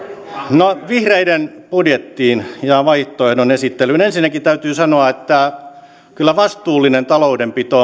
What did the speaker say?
no vihreiden budjettiin ja vaihtoehdon esittelyyn ensinnäkin täytyy sanoa että kyllä vastuullinen taloudenpito